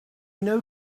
know